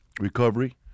recovery